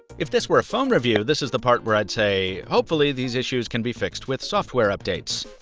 if this were a phone review, this is the part where i'd say, hopefully, these issues can be fixed with software updates.